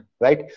right